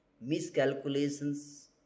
miscalculations